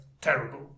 terrible